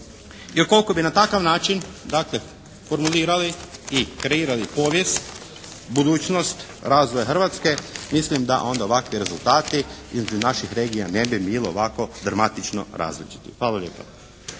ukoliko bi na takav način dakle formulirali i kreirali povijest, budućnost razvoja Hrvatske mislim da onda ovakvi rezultati između naših regija ne bi bilo ovako fermatično različiti. Hvala lijepa.